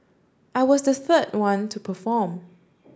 I was the third one to perform